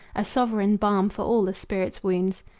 a sovereign balm for all the spirit's wounds,